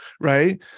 right